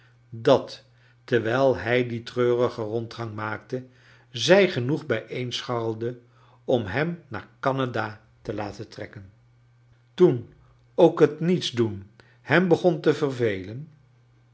dat terwijl hij dien treurigen rondgang maakte zij genoeg bijeenscharrelde om hem naa r canada te laten trekken toen ook het niets doen hem begon te vervelen